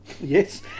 Yes